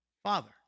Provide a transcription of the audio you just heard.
Father